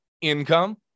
income